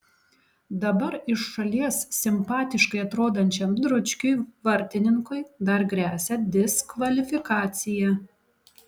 dabar iš šalies simpatiškai atrodančiam dručkiui vartininkui dar gresia diskvalifikacija